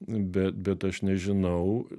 bet bet aš nežinau